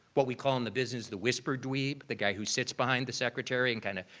what we call in the business, the whisper dweeb, the guy who sits behind the secretary and kind of,